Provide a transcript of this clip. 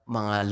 mga